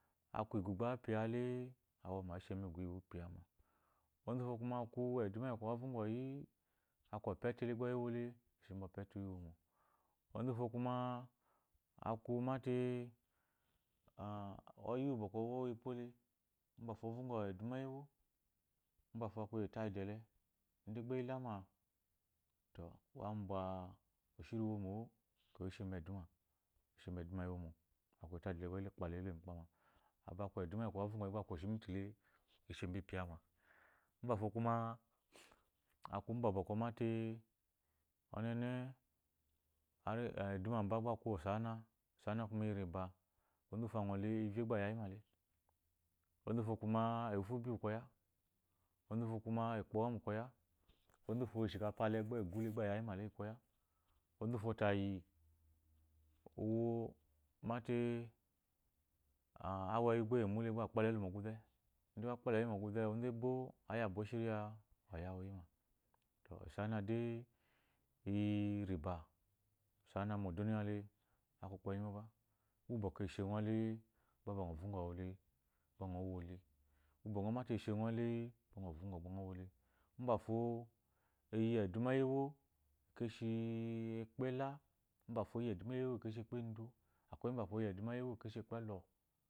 Aku egu gba a piya le awɔma eshe mu igu wu ipiyɔma onzuwufo kuma eduma iya avɔgɔyi aku opeti ele eshi mopete uwu womo onzu wufo kuma aku mate ɔyi uwu bɔkɔ uwɔ uwepo le mbafo evɔgɔ eduma eyi ewo mbafo aku etiles ele ide gba eyi lama to ambwa oshiri womo ekeyi oshe nue eduma eshe mo eduma wu iwomo aku etide ele elo mu ikpama amba ku eduma iyi avɔgɔ gba aku ashitmiti le eshe bi piyama mbafo kuma aku amba bɔkɔ mate onene eduma mba gba aku osaana osaana kuma iyi riba onzu wufo akun ivze gba ayeyi male onzu wufu kuma efu ubi uwu koya onzu wuto kuma ekpo ɔwe umbu koya onzu wuto ishi kpa gba egu gba ayayi male iyi koya onzu tayi uwu mate a awayi gba amu le gba akpala lenu muɔguze onzu embo aya abwa e shiriya aya wu yi ma to osaana de iyi riba osaana mu oduniya aku ukpenyi mo ba uwu bɔkɔ eshengo le gba ba ngɔ vɔgɔ wule gba ngɔ wole uwu mate eshengo le gba ngɔ woler mbafo oyi eduma ewo ekeshe ekpeala mbafo. oyi eduma iyi ewo ekeshe ekpelɔ